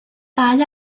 dau